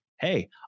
Hey